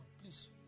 please